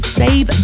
save